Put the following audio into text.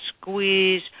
squeeze